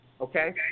okay